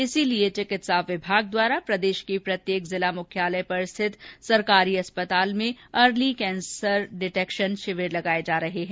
इसलिए चकित्सा विभाग द्वारा प्रदेश के प्रत्येक जिला मुख्यालय पर स्थित सरकारी अस्पतालों में अर्ली कैंसर डिटेक्शन शिविर लगाए जा रहे हैं